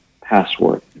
password